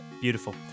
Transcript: Beautiful